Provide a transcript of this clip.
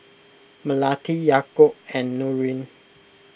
Melati Yaakob and Nurin